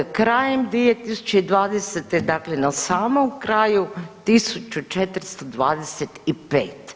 Krajem 2020. dakle na samom kraju 1425.